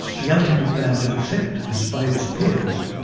the ultimate badge of acceptance by its peers.